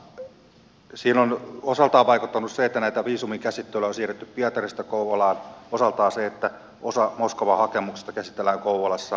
siihen on osaltaan vaikuttanut se että viisuminkäsittelyä on siirretty pietarista kouvolaan osaltaan se että osa moskovan hakemuksista käsitellään kouvolassa